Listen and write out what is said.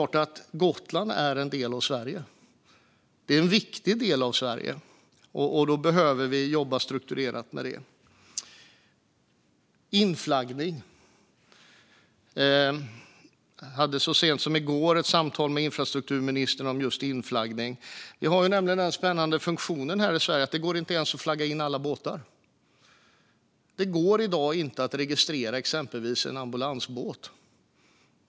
Gotland är en del av Sverige. Det är en viktig del av Sverige, och då behöver vi jobba strukturerat med detta. Sedan gäller det inflaggning. Jag hade så sent som igår ett samtal med infrastrukturministern om just inflaggning. Vi har nämligen den spännande funktionen här i Sverige att det inte ens går att flagga in alla båtar. Det går i dag inte att registrera exempelvis en ambulansbåt.